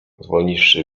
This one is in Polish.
zwolniwszy